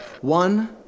One